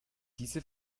diese